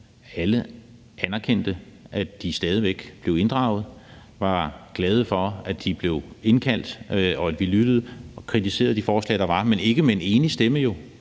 alle anerkendte, at de stadig væk blev inddraget, var glade for, at de blev indkaldt, og at vi lyttede, og kritiserede de forslag, der var, men ikke med en enig stemme jo